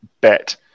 bet